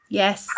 yes